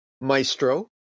Maestro